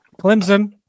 Clemson